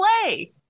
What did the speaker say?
play